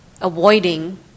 avoiding